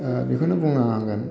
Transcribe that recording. बेखौनो बुंनो नांगोन